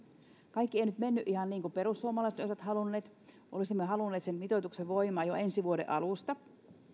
kaikki ei nyt mennyt ihan niin kuin perussuomalaiset olisivat halunneet olisimme halunneet sen mitoituksen voimaan jo ensi vuoden alusta